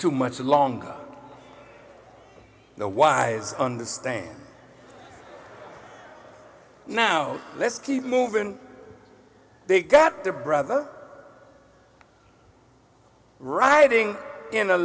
too much along the wise on the stand now let's keep moving they get their brother riding in a